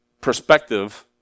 perspective